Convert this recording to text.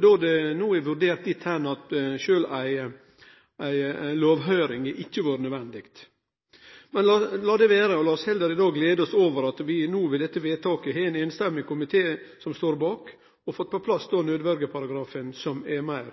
då det no er vurdert slik at sjølv ikkje ei lovhøyring har vore nødvendig. Men lat det vere, og lat oss i dag heller glede oss over at vi no ved dette vedtaket, som ein samrøystes komité står bak, har fått på plass ein nødverjeparagraf som er meir